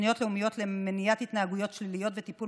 תוכניות לאומיות למניעת התנהגויות שליליות וטיפול